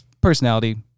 personality